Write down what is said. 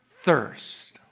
thirst